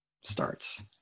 Starts